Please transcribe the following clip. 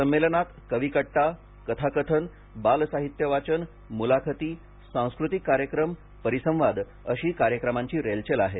संमेलनात कवी कट्टा कथाकथन बाल साहित्य वाचन मुलाखती सांस्कृतिक कार्यक्रम परिसंवाद अशी कार्यक्रमांची रेलचेल आहे